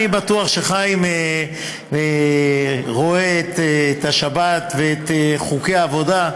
אני בטוח שחיים רואה את השבת ואת חוקי העבודה,